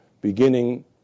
beginning